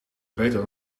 beter